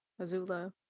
Azula